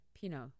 Pinot